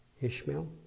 Ishmael